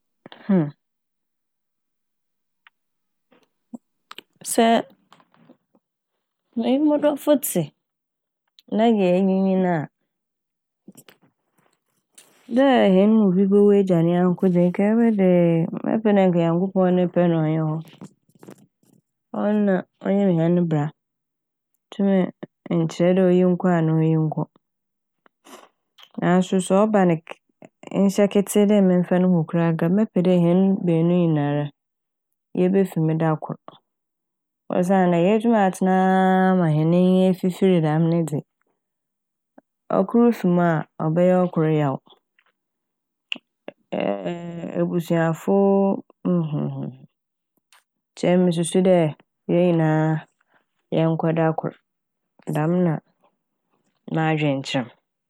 Sɛ menye mo dɔfo tse na yenyinyin a dɛ hɛn mu bi bowu agya ne nyɛnko dze nkɛ emi de mɛpɛ dɛ Nyankopɔn ne pɛ na ɔnyɛ hɔ. Ɔno na Onyim hɛn bra nntum nkyerɛ dɛ oyi nkɔ anaa oyi nkɔ naaso sɛ ɔba no ke- nhyɛ ketsee dɛ memfa no mu kor a nkɛ mɛpɛ dɛ hɛn beenu ne nyinara yebefi ha da kor osiandɛ yeetum atsena ma hɛn enyi efifir dɛm ne dze ɔkor fi mu a ɔbɛyɛ ɔkor yaw. ebusuafo nkyɛ emi mosusu dɛ hɛn nyinaa hɛn kɔ da kor dɛm na m'adwen kyerɛ m'.